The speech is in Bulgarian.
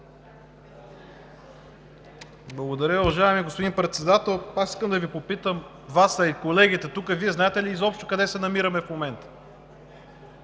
Благодаря. Уважаеми господин Председател, аз искам да Ви попитам Вас, а и колегите тук: Вие знаете ли изобщо къде се намираме в момента?